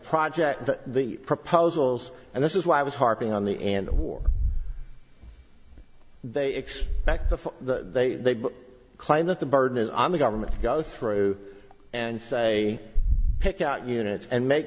project the proposals and this is why i was harping on the end of war they expect the they claim that the burden is on the government go through and say pick out units and make